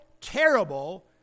terrible